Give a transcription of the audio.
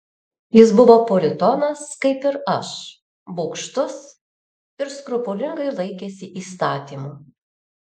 jis buvo puritonas kaip ir aš bugštus ir skrupulingai laikėsi įstatymų